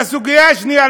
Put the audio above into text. והסוגיה השנייה,